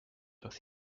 with